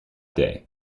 day